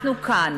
אנחנו כאן